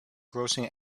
grossing